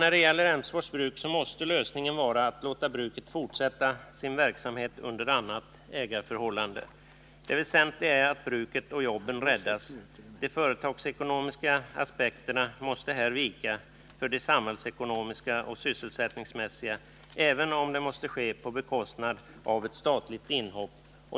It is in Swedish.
När det gäller Emsfors bruk måste lösningen vara att låta bruket fortsätta sin verksamhet med andra ägare. Det väsentliga är att bruket och jobben räddas. De företagsekonomiska aspekterna måste här vika för de samhällsekonomiska och sysselsättningsmässiga, även om det måste ske till priset av ett statlig inhopp.